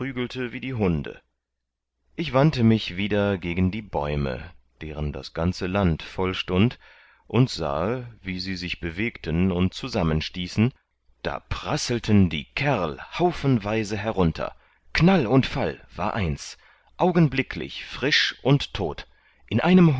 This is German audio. wie die hunde ich wandte mich wieder gegen die bäume deren das ganze land voll stund und sahe wie sie sich bewegten und zusammenstießen da prasselten die kerl haufenweise herunter knall und fall war eins augenblicklich frisch und tot in einem